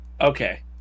Okay